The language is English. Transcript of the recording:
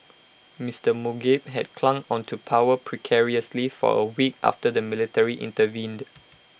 Mister Mugabe had clung on to power precariously for A week after the military intervened